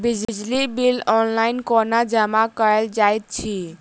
बिजली bill online कोना जमा कएल जाइत अछि?